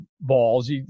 balls